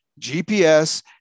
GPS